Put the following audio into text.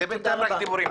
זה בינתיים רק דיבורים.